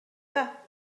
pas